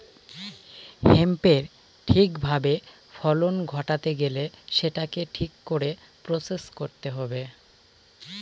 হেম্পের ঠিক ভাবে ফলন ঘটাতে গেলে সেটাকে ঠিক করে প্রসেস করতে হবে